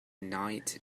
night